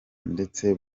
ndetse